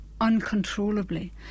uncontrollably